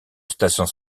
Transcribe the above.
stations